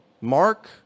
Mark